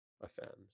offends